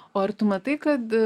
o ar tu matai kad